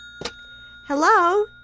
Hello